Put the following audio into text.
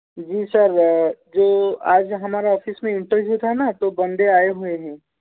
जी sir जो आज हमारा ऑफिस में इंटरव्यू था ना तो बंदे आए हुए हैं